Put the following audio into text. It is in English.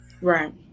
Right